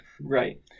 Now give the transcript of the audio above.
Right